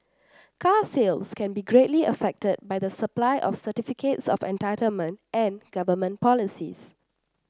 car sales can be greatly affected by the supply of certificates of entitlement and government policies